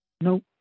No